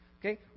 okay